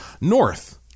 north